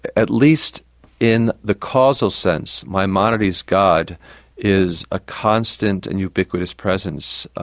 at least in the causal sense, maimonides' god is a constant and ubiquitous presence.